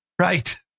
Right